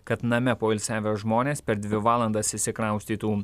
kad name poilsiavę žmonės per dvi valandas išsikraustytų